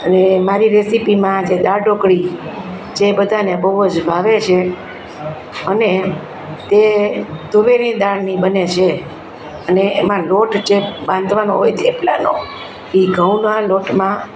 અને મારી રેસીપીમાં જે દાળ ઢોકળી જે બધાને બહુ જ ભાવે છે અને તે તુવેરી દાળની બને છે અને એમાં લોટ જે બાંધવાનો હોય થેપલાનો એ ઘઉના લોટમાં